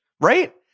right